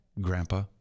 grandpa